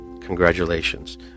Congratulations